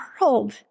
world